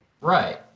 Right